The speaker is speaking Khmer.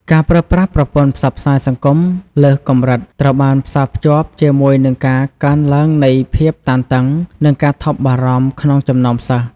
ការប្រើប្រាស់ប្រព័ន្ធផ្សព្វផ្សាយសង្គមលើសកម្រិតត្រូវបានផ្សារភ្ជាប់ជាមួយនឹងការកើនឡើងនៃភាពតានតឹង និងការថប់បារម្ភក្នុងចំណោមសិស្ស។